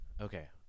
Okay